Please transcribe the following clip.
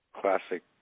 classic